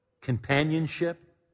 companionship